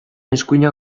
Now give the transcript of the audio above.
eskuinak